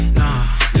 nah